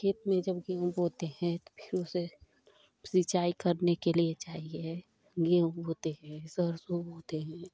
खेत में जब गेंहू बोते हैं तो फिर उसे सिंचाई करने के लिए चाहिए गेंहू होते हैं सरसों होते हैं